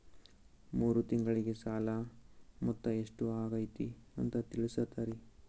ಮೂರು ತಿಂಗಳಗೆ ಸಾಲ ಮೊತ್ತ ಎಷ್ಟು ಆಗೈತಿ ಅಂತ ತಿಳಸತಿರಿ?